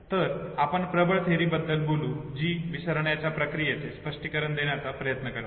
तर आपण प्रबळ थेअरी बद्दल बोलू जी विसरण्याच्या प्रक्रियेचे स्पष्टीकरण देण्याचा प्रयत्न करते